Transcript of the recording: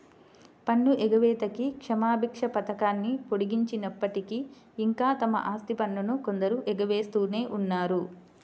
పన్ను ఎగవేతకి క్షమాభిక్ష పథకాన్ని పొడిగించినప్పటికీ, ఇంకా తమ ఆస్తి పన్నును కొందరు ఎగవేస్తూనే ఉన్నారు